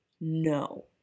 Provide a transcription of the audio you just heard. No